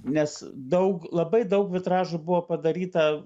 nes daug labai daug vitražų buvo padaryta